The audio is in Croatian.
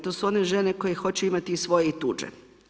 To su one žene koje hoće imati i svoje i tuđe.